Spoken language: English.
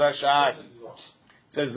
says